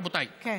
רבותיי,